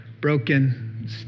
broken